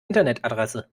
internetadresse